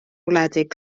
wledig